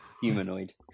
humanoid